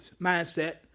mindset